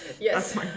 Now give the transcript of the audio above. Yes